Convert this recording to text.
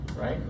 Right